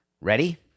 Ready